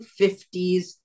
1950s